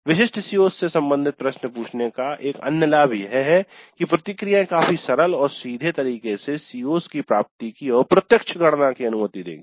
विशिष्ट CO's से संबंधित प्रश्न पूछने का एक अन्य लाभ यह है कि प्रतिक्रियाएं काफी सरल और सीधे तरीके से CO's की प्राप्ति की अप्रत्यक्ष गणना की अनुमति देंगी